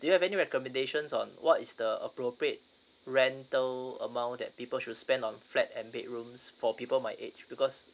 do you have any recommendations on what is the appropriate rental amount that people should spend on flat and bedrooms for people my age because